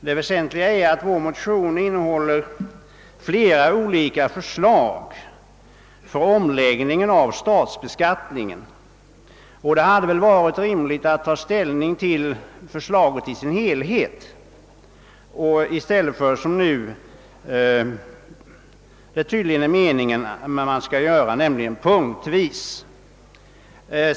Det väsentliga är att vår motion innehåller flera olika förslag för omläggningen av statsbeskattningen, och det hade varit rimligt att ta ställning till förslaget i dess helhet i stället för, som det nu tydligen är meningen, punktvis.